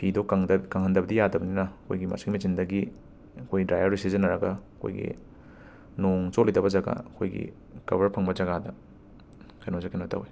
ꯐꯤꯗꯣ ꯀꯪꯗ ꯀꯪꯍꯟꯗꯕꯗꯤ ꯌꯥꯗꯕꯅꯤꯅ ꯑꯩꯈꯣꯏꯒꯤ ꯋꯥꯁꯤꯡ ꯃꯦꯆꯤꯟꯗꯒꯤ ꯑꯩꯩꯈꯣꯏ ꯗ꯭ꯔꯥꯏꯌꯔꯗꯣ ꯁꯤꯖꯤꯟꯅꯔꯒ ꯑꯈꯣꯏꯒꯤ ꯅꯣꯡ ꯆꯣꯠꯂꯣꯏꯗꯕ ꯖꯒꯥ ꯑꯩꯈꯣꯏꯒꯤ ꯀꯕꯔ ꯐꯪꯕ ꯖꯒꯥꯗ ꯀꯦꯅꯣꯁꯦ ꯀꯦꯅꯣ ꯇꯧꯋꯦ